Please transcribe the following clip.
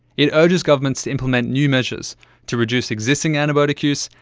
it urges governments to implement new measures to reduce existing antibiotic use,